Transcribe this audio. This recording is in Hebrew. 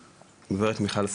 גברת מיכל סהר.